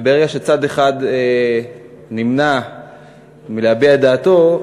וברגע שצד אחד נמנע מלהביע את דעתו,